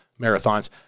marathons